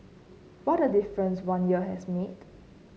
what a difference one year has made